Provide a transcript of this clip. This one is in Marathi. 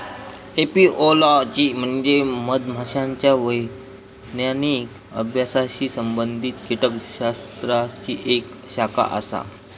एपिओलॉजी म्हणजे मधमाशांच्या वैज्ञानिक अभ्यासाशी संबंधित कीटकशास्त्राची एक शाखा आसा